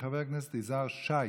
חבר הכנסת יזהר שי,